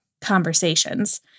conversations